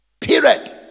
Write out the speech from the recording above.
Period